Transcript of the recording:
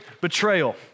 betrayal